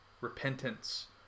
repentance